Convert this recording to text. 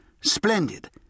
Splendid